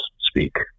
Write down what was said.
speak